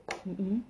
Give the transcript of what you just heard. mmhmm